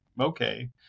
okay